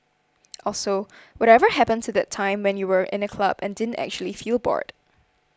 also whatever happened to the time when you were in a club and didn't actually feel bored